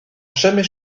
jamais